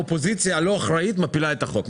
האופוזיציה הלא אחראית מפילה את הצעת החוק.